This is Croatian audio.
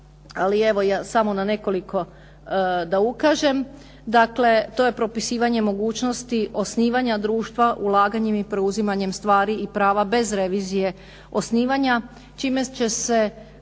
ali evo samo na nekoliko da ukažem. Dakle to je propisivanje mogućnosti osnivanja društva ulaganjem i preuzimanjem stvari i prava bez revizije osnivanja, čime će se